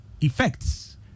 effects